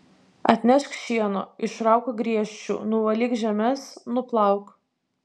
atnešk šieno išrauk griežčių nuvalyk žemes nuplauk